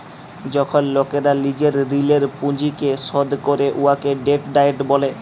যখল লকেরা লিজের ঋলের পুঁজিকে শধ ক্যরে উয়াকে ডেট ডায়েট ব্যলে